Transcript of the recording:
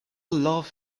love